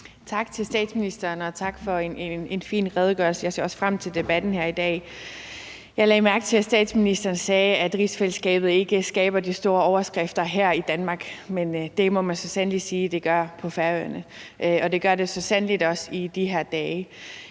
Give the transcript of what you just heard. Tak til statsministeren, og tak for en fin redegørelse. Jeg ser også frem til debatten her i dag. Jeg lagde mærke til, at statsministeren sagde, at rigsfællesskabet ikke skaber de store overskrifter her i Danmark, men det må man så sandelig sige, at det gør på Færøerne, og det gør det så sandelig også i de her dage.